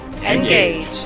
engage